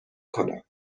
کنم